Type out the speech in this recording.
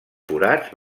forats